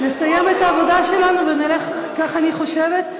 נסיים את העבודה שלנו ונלך, כך אני חושבת.